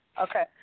Okay